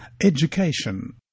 Education